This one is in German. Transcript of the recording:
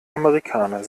amerikaner